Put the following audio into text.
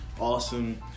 awesome